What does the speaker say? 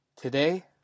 Today